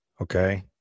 Okay